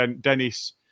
Dennis